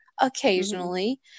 occasionally